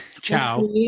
Ciao